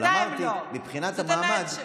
אבל אמרתי שמבחינת המעמד,